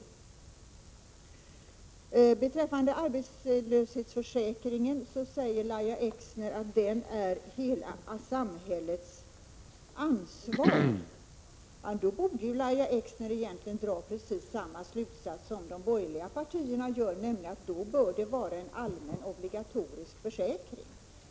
Lahja Exner säger att arbetslöshetsförsäkringen är hela samhällets ansvar. Men då borde ju Lahja Exner dra precis samma slutsats som de borgerliga partierna gör, nämligen att arbetslöshetsförsäkringen bör vara en allmän, obligatorisk försäkring.